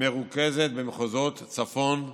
מרוכזת במחוזות צפון,